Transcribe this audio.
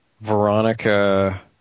Veronica